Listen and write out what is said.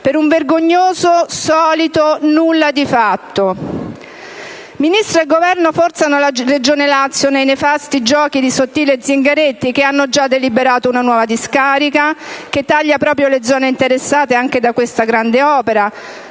per un vergognoso solito nulla di fatto. Ministro e Governo forzano la Regione Lazio nei nefasti giochi di Sottile e Zingaretti, che hanno già deliberato una nuova discarica che taglia proprio le zone interessate anche da questa grande opera.